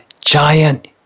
giant